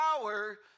power